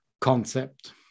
concept